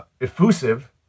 effusive